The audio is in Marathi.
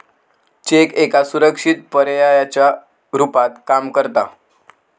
चेक एका सुरक्षित पर्यायाच्या रुपात काम करता